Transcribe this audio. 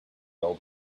old